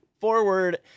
Forward